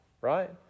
right